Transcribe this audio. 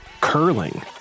curling